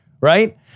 Right